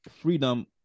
freedom